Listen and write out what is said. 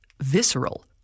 visceral